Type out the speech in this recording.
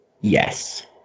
Yes